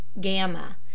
Gamma